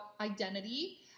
identity